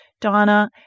Donna